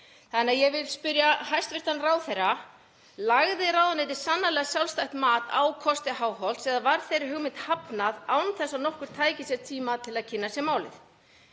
þannig að ég vil spyrja hæstv. ráðherra: Lagði ráðuneytið sannarlega sjálfstætt mat á kosti Háholts eða var þeirri hugmynd hafnað án þess að nokkur tæki sér tíma til að kynna sér málið?